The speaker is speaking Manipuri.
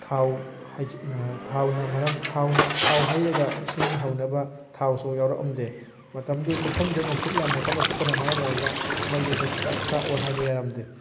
ꯊꯥꯎ ꯍꯩꯖꯤꯟ ꯊꯥꯎꯅ ꯃꯔꯝ ꯊꯥꯎ ꯊꯥꯎ ꯍꯩꯔꯒ ꯁꯤꯡ ꯍꯧꯅꯕ ꯊꯥꯎꯁꯨ ꯌꯥꯎꯔꯛꯑꯝꯗꯦ ꯃꯇꯝꯗꯨ ꯃꯐꯝꯗꯨ ꯅꯨꯡꯁꯤꯠ ꯌꯥꯝ ꯀꯟꯅ ꯁꯤꯠꯄꯅ ꯃꯔꯝ ꯑꯣꯏꯔꯒ ꯃꯩꯗꯨꯁꯨ ꯆꯥꯛꯎ ꯍꯥꯏꯕ ꯌꯥꯔꯝꯗꯦ